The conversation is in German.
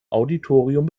auditorium